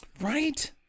Right